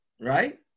Right